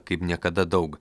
kaip niekada daug